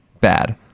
bad